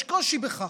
יש קושי בכך.